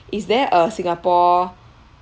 is there a singapore